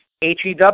HEW